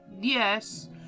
Yes